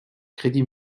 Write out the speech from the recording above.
crédit